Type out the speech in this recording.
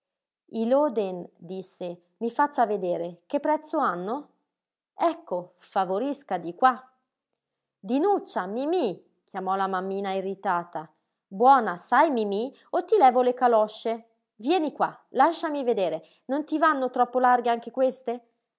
i loden disse mi faccia vedere che prezzo hanno ecco favorisca di qua dinuccia mimí chiamò la mammina irritata buona sai mimí o ti levo le calosce vieni qua lasciami vedere non ti vanno troppo larghe anche queste